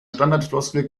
standardfloskel